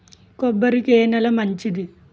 కొబ్బరి కి ఏ నేల మంచిది?